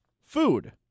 food